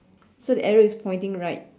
so the arrow is pointing right